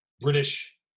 British